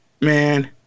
man